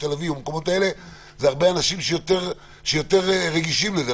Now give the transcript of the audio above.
בתל אביב או במקומות האלה הרבה אנשים יותר רגישים לזה.